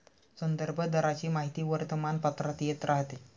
संदर्भ दराची माहिती वर्तमानपत्रात येत राहते